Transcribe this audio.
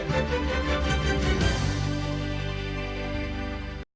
Дякую